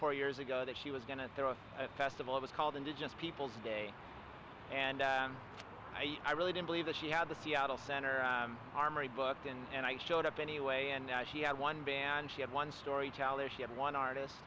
four years ago that she was going to throw a festival it was called indigenous peoples day and i really didn't believe that she had the seattle center armory booked and i showed up anyway and now she had one band she had one story chalice she had one artist